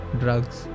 drugs